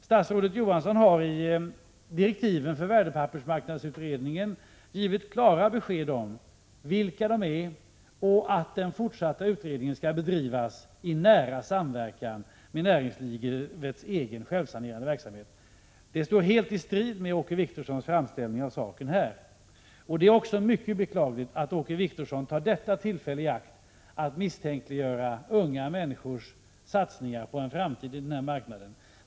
Statsrådet Johansson 25 maj 1987 har i direktiven till värdepappersmarknadsutredningen givit klara besked och sagt att den fortsatta utredningen skall bedrivas i nära samverkan med näringslivets egen självsanerande verksamhet. Det står helt i strid med Åke Wictorssons framställning. Det är också mycket beklagligt att Åke Wictorsson tar detta tillfälle i akt att misstänkliggöra unga människors satsningar på en framtid inom denna marknad.